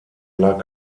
lag